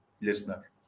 listener